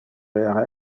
era